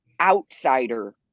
outsider